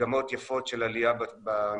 מגמות יפות של עליה במספרים,